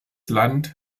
land